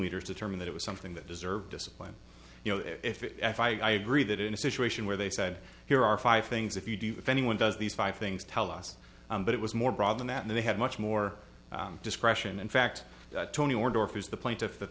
leaders determine that it was something that deserved discipline you know if i agree that in a situation where they said here are five things if you do if anyone does these five things tell us but it was more broad than that and they had much more discretion in fact tony order who's the plaintiff that